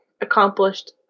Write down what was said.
accomplished